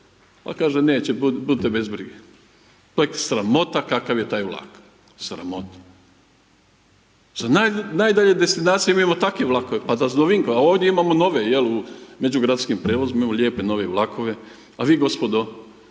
pa kaže neće budite bez brige. To je sramota kakav je taj vlak, sramota. Za najdalje destinacije mi imamo takve vlakove, pa da su do Vinkovaca, a ovdje imamo nove jel međugradskim prijevozima imamo lijepe nove vlakove, a vi gospodo